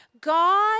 God